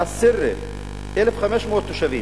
א-סרה, 1,500 תושבים,